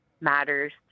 matters